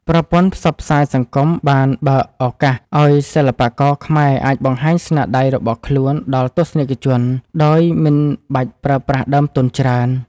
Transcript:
ប្រព័ន្ធផ្សព្វផ្សាយសង្គមបានបើកឱកាសឱ្យសិល្បករខ្មែរអាចបង្ហាញស្នាដៃរបស់ខ្លួនដល់ទស្សនិកជនដោយមិនបាច់ប្រើប្រាស់ដើមទុនច្រើន។